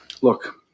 Look